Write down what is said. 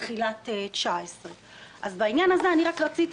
בתחילת 2019. בעניין הזה אני רציתי